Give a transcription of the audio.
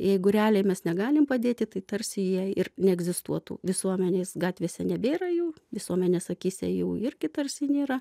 jeigu realiai mes negalim padėti tai tarsi jie ir neegzistuotų visuomenės gatvėse nebėra jų visuomenės akyse jų irgi tarsi nėra